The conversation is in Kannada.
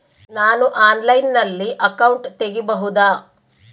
ನಾನು ಆನ್ಲೈನಲ್ಲಿ ಅಕೌಂಟ್ ತೆಗಿಬಹುದಾ?